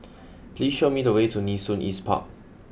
please show me the way to Nee Soon East Park